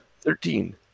thirteen